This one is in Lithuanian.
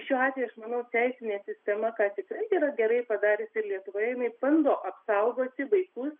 šiuo atveju aš manau teisinė sistema ką tikrai yra gerai padariusi ir lietuvoje jinai bando apsaugoti vaikus